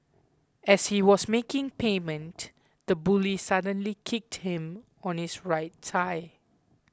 as he was making payment the bully suddenly kicked him on his right thigh